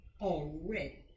already